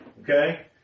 okay